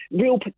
real